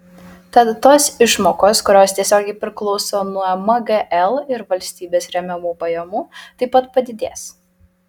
tad tos išmokos kurios tiesiogiai priklauso nuo mgl ir valstybės remiamų pajamų taip pat padidės